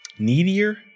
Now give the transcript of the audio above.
Needier